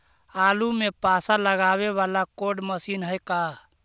आलू मे पासा लगाबे बाला कोइ मशीन है का?